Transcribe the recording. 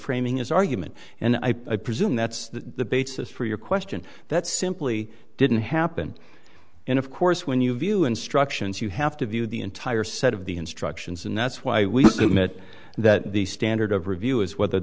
framing his argument and i presume that's the basis for your question that simply didn't happen and of course when you view instructions you have to view the entire set of the instructions and that's why we submit that the standard of review is whether